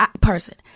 person